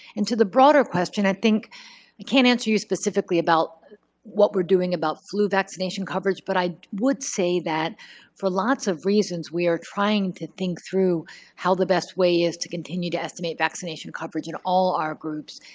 and to the broader question i think i can't answer you specifically about what we're doing about flu vaccination coverage, but i would say that for lots of reasons we are trying to think through how the best way is to continue to estimate vaccination coverage in all our groups.